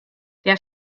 der